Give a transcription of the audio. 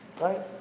Right